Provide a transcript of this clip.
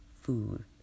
food